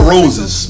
Roses